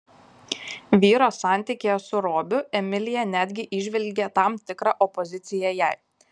vyro santykyje su robiu emilija netgi įžvelgė tam tikrą opoziciją jai